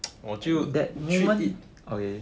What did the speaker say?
我就 treat it okay